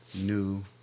new